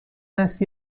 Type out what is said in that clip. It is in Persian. است